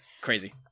crazy